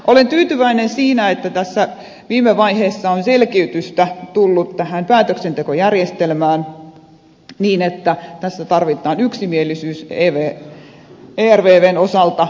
olen tyytyväinen siitä että tässä viime vaiheessa on selkiytystä tullut tähän päätöksentekojärjestelmään niin että tässä tarvitaan yksimielisyys ervvn osalta päätöksenteossa